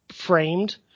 framed